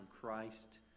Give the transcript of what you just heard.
Christ